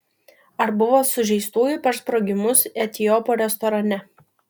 ar buvo sužeistųjų per sprogimus etiopo restorane